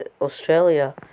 Australia